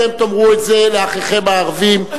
ואתם תאמרו את זה לאחיכם הערבים,